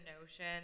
notion